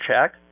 check